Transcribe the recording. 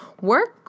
work